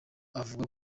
avuga